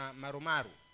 marumaru